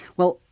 well,